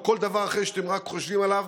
או כל דבר אחר שאתם רק חושבים עליו,